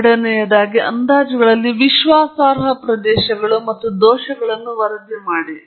ಎರಡನೆಯದಾಗಿ ಅಂದಾಜುಗಳಲ್ಲಿ ವಿಶ್ವಾಸಾರ್ಹ ಪ್ರದೇಶಗಳು ಮತ್ತು ದೋಷಗಳನ್ನು ವರದಿ ಮಾಡಿ